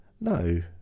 No